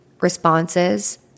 responses